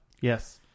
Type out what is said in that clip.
Yes